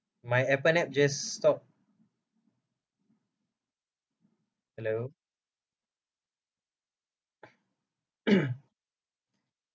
my Appen app just stop hello